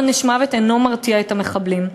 עונש מוות אינו מרתיע את המחבלים.